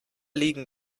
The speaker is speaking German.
legen